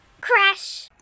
Crash